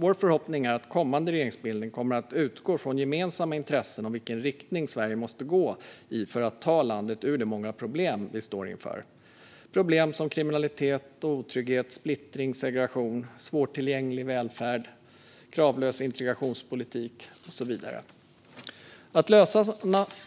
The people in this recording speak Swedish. Vår förhoppning är att kommande regeringsbildning kommer att utgå från gemensamma intressen om vilken riktning Sverige måste gå i för att ta landet ur de många problem vi står inför, som kriminalitet, otrygghet, splittring, segregation, svårtillgänglig välfärd, kravlös integrationspolitik och så vidare.